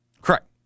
Correct